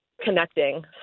connecting